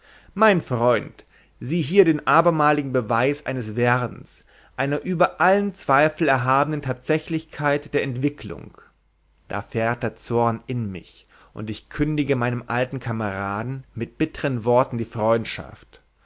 mein freund sieh hier den abermaligen beweis eines werdens einer über allen zweifel erhabenen tatsächlichkeit der entwicklung da fährt der zorn in mich und ich kündige meinem alten kameraden mit bittern worten die freundschaft